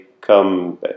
come